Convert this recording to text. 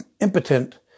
impotent